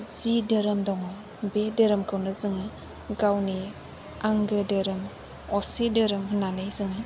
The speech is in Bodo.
जि धोरोम दङ बे धोरोमखौनो जोङो गावनि आंगो धोरोम असे धोरोम होननानै जोङो